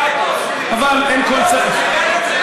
לא, תציין את זה.